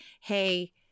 hey